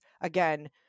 again